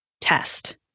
test